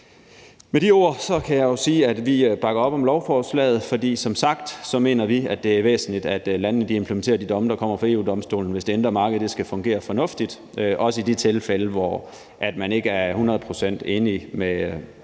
Med de ord kan jeg jo sige, at vi bakker op om lovforslaget. For som sagt mener vi, at det er væsentligt, at landene implementerer de domme, der kommer fra EU-Domstolen, hvis det indre marked skal fungere på en fornuftig måde, også i de tilfælde, hvor man ikke er hundrede procent enig i